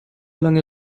lange